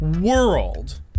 world